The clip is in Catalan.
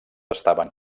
estaven